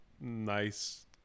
nice